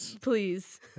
please